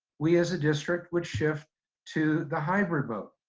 we, as a district, would shift to the hybrid mode.